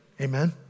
Amen